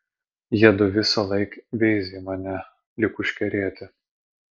jiedu visąlaik veizi į mane lyg užkerėti